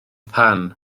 pan